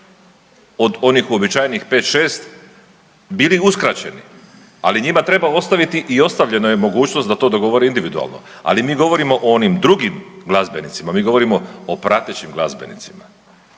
od onih uobičajenih 5, 6, bili uskraćeni, ali njima treba ostaviti i ostavljena je mogućnost da to dogovore individualno, ali mi govorimo o onim drugim glazbenicima, mi govorimo o pratećim glazbenicima.